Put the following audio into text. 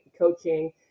coaching